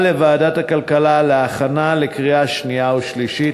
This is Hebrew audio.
לוועדת הכלכלה להכנה לקריאה שנייה ושלישית.